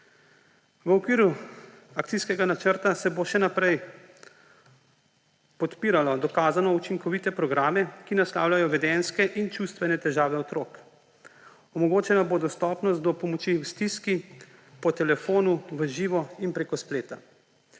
V okviru Akcijskega načrta se bo še naprej podpiralo dokazano učinkovite programe, ki naslavljajo vedenjske in čustvene težave otrok. Omogočena bo dostopnost do pomoči v stiski po telefonu, v živo in preko spleta.